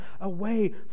away